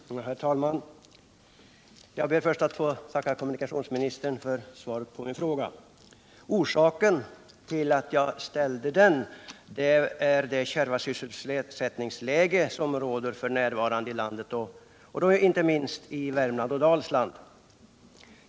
Herr talman! Jag ber först att få tacka kommunikationsministern för svaret på min fråga. Anledningen till att jag ställde den är det kärva sysselsättningsläge som f. n. råder i landet, inte minst i Värmland och Dalsland.